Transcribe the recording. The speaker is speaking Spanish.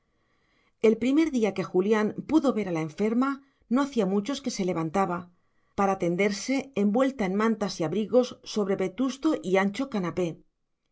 el primer día que julián pudo ver a la enferma no hacía muchos que se levantaba para tenderse envuelta en mantas y abrigos sobre vetusto y ancho canapé